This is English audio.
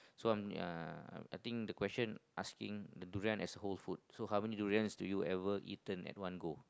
so um I think the question asking the durian as whole fruit so how many durians do you ever eaten at one go